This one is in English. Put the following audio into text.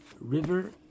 river